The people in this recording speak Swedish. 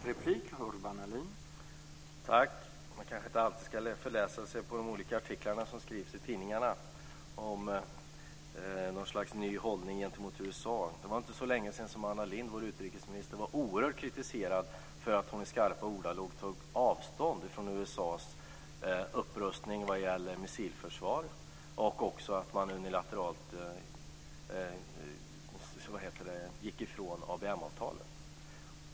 Herr talman! Man kanske inte alltid ska förläsa sig på de olika artiklar som skrivs i tidningarna om något slags ny hållning gentemot USA. Det var inte så längesedan som utrikesminister Anna Lindh var oerhört kritiserad för att hon i skarpa ordalag tog avstånd från USA:s upprustning när det gäller missilförsvar och från att man unilateralt gick ifrån ABM avtalet.